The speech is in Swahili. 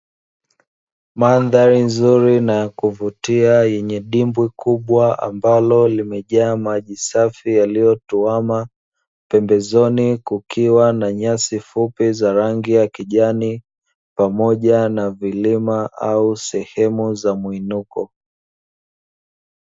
Mandhari nzuri na ya kuvutia, yenye dimbwi kubwa ambalo limejaa maji safi yaliyotuama, pembezoni kukiwa na nyasi fupi za rangi ya kijani pamoja na vilima au sehemu za muinuko.